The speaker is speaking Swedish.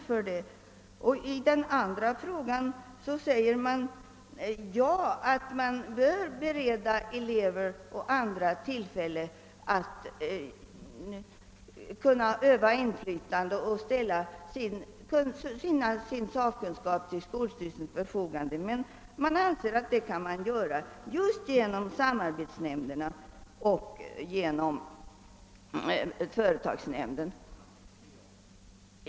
När det gäller frågan huruvida man bör ge elever och andra tillfälle att öva inflytande och ställa sin sakkunskap till skolstyrelsens förfogande säger utskottet ja. Men utskottet anser att detta kan ske genom samarbetsnämnden och genom företagsnämnden.